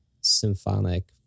symphonic